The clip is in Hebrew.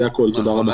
זה הכול, תודה רבה.